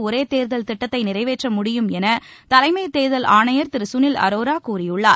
ஒரே தேர்தல் திட்டத்தை நிறைவேற்ற முடியும் என தலைமைத் தேர்தல் ஆணையர் திரு சுனில் அரோரா கூறியுள்ளார்